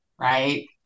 Right